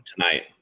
tonight